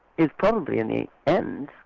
is probably in the end